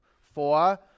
Four